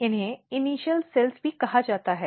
इन्हें initial cells भी कहा जाता है